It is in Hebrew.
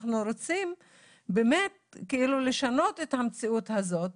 אנחנו רוצים באמת לשנות את המציאות הזאת.